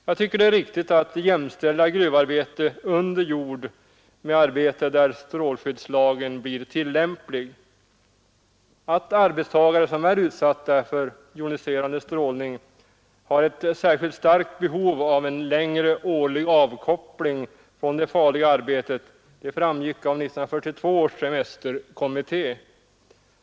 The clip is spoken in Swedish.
Jag tycker det är riktigt att jämställa gruvarbete under jord med arbete för vilket strålskyddslagen är tillämpligt. Att arbetstagare som är utsatta för joniserande strålning har ett särskilt starkt behov av en längre årlig avkoppling från det farliga arbetet framgick av 1942 års semesterkommitté.